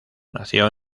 nació